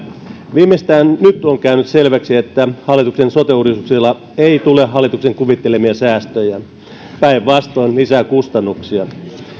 viimeistään nyt on käynyt selväksi että hallituksen sote uudistuksella ei tule hallituksen kuvittelemia säästöjä päinvastoin lisää kustannuksia